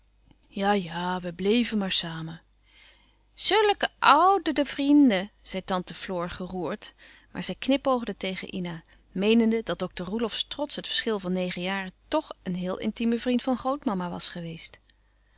ja ja we bleven maar samen sulke udde vrenden zei tante floor geroerd maar zij knipoogde tegen ina meenende dat dokter roelofsz trots het verschil van negen jaren tch een heel intime vriend van grootmama was geweest